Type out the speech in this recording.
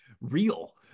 real